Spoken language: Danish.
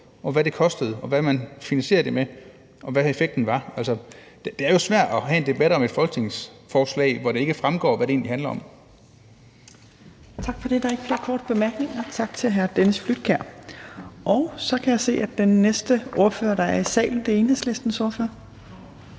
og hvad det koster, og hvad man finansierer det med, og hvad effekten er? Det er jo svært at have en debat om et folketingsforslag, hvor det ikke fremgår, hvad det egentlig handler om. Kl. 19:08 Fjerde næstformand (Trine Torp): Tak for det. Der er ikke flere korte bemærkninger. Tak til hr. Dennis Flydtkjær. Så kan jeg se, at den næste ordfører, der er i salen, er Enhedslistens ordfører.